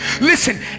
listen